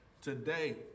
today